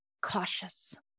cautious